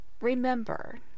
Remember